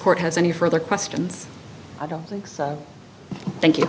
court has any further questions i don't think so thank you